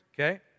Okay